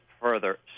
further